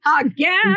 again